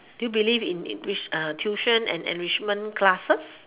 do you believe in in rich~ tuition and enrichment classes